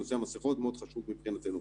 נושא המסכות מאוד חשוב מבחינתנו.